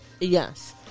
yes